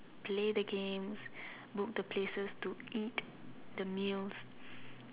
play the games book the places to eat the meals